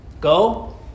Go